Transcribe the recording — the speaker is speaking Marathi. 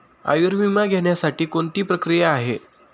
आयुर्विमा घेण्यासाठी कोणती प्रक्रिया आहे?